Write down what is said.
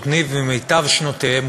במיטב שנותיהם,